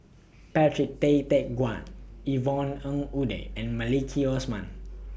Patrick Tay Teck Guan Yvonne Ng Uhde and Maliki Osman